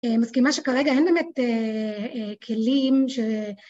מסכימה שכרגע אין באמת כלים ש...